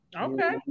Okay